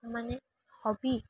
মানে হবি